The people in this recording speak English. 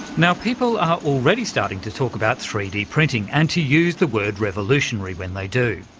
now people are already starting to talk about three d printing and to use the word revolutionary when they do.